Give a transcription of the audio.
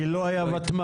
כי לא היה ותמ"ל.